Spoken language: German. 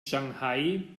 shanghai